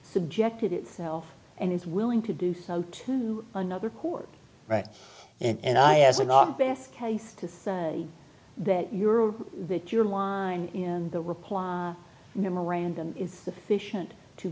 subjected itself and is willing to do so to another court right and i as in our best case to say that your that your line in the reply memorandum is sufficient to